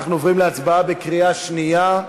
אנחנו עוברים להצבעה בקריאה שנייה.